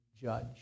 judge